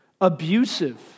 abusive